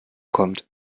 kommt